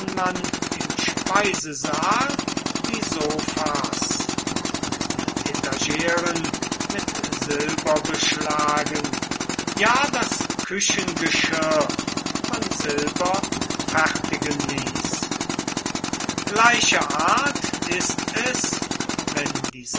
man im speisesaal die sofas und die etageren mit silber beschlagen ja das küchengeschirr von silber fertigen ließ gleicher art ist es wenn die sammler dieser